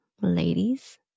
ladies